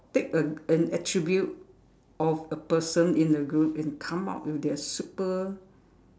take a an attribute of a person in the group and come out with their super